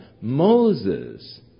Moses